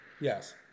Yes